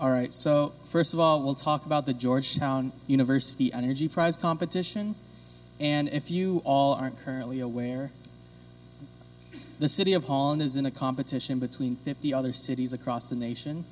all right so first of all let's talk about the georgetown university energy prize competition and if you all are currently aware the city of holland is in a competition between fifty other cities across the nation